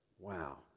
wow